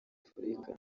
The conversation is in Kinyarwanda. afurika